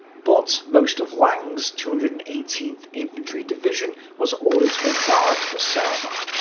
but most of lang's two hundred and eighteenth infantry division was ordered to embark for saaremaa,